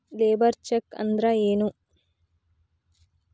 Labour check ಅಂದ್ರ ಏನು?